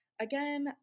again